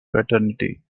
fraternity